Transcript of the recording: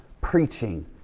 preaching